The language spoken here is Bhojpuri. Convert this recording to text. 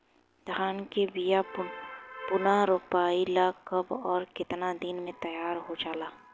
धान के बिया पुनः रोपाई ला कब और केतना दिन में तैयार होजाला?